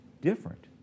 different